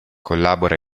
collabora